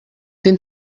den